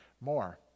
more